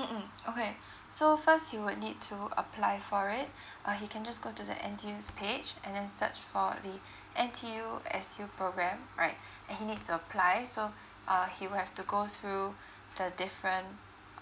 mmhmm okay so first he would need to apply for it uh he can just go to the N_T_U's page and then search for the N_T_U_S_U program right and he needs to apply so uh he will have to go through the different